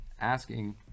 asking